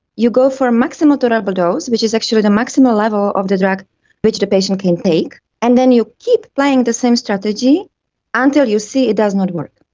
you go for a maximum tolerable dose, which is actually the maximum level of the drug which the patient can take, and then you keep playing the same strategy until you see it does not work.